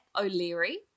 O'Leary